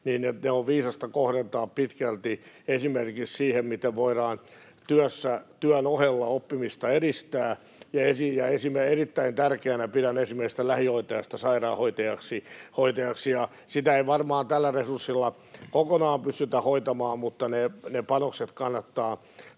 — on viisasta kohdentaa pitkälti esimerkiksi siihen, miten voidaan työn ohella oppimista edistää. Erittäin tärkeänä pidän esimerkiksi kouluttautumista lähihoitajasta sairaanhoitajaksi. Sitä ei varmaan tällä resurssilla kokonaan pystytä hoitamaan, mutta ne panokset kannattaa